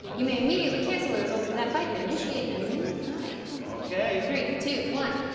you may immediately cancel the results of that fight and initiate a new fight. okay. three, two, one.